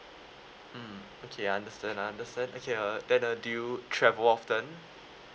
mm okay I understand I understand okay uh then uh do you travel often